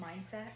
mindset